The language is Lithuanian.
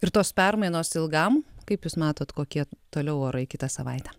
ir tos permainos ilgam kaip jūs matot kokie toliau orai kitą savaitę